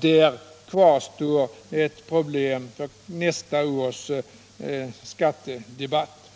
Där kvarstår ett problem för nästa års skattedebatt.